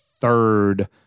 third